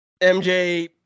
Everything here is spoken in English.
MJ